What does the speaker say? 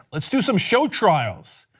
let's do some show trials.